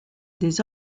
des